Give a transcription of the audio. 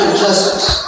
justice